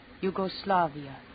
Yugoslavia